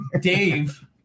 Dave